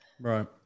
Right